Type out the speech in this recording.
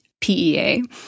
PEA